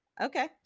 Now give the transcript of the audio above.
Okay